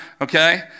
okay